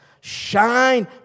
shine